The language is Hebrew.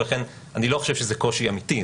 ואני לא חושב שזה קושי אמיתי,